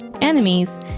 enemies